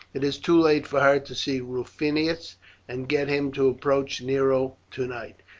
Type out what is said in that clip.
it is too late for her to see rufinus and get him to approach nero tonight.